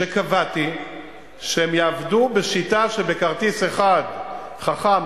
שקבעתי שהן יעבדו בשיטה שבכרטיס אחד חכם,